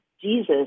Jesus